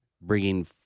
bringing